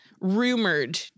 rumored